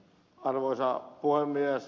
arvoisa puhemies